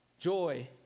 joy